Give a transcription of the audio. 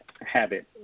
habit